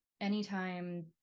anytime